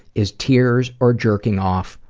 is tears or jerking off.